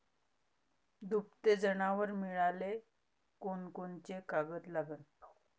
दुभते जनावरं मिळाले कोनकोनचे कागद लागन?